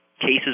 cases